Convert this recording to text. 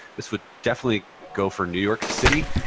this would definitely go for new york city